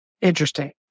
Interesting